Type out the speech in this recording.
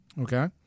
Okay